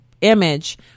image